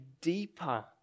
deeper